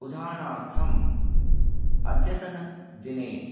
उदाहरणार्थम् अद्यतनदिने